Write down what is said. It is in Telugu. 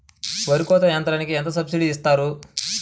వరి కోత యంత్రంకి ఎంత సబ్సిడీ ఇస్తారు?